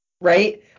right